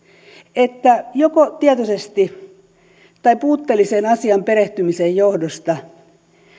että joko tietoisesti tai puutteellisen asiaan perehtymisen johdosta